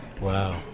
Wow